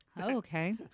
Okay